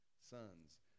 sons